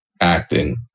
acting